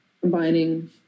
combining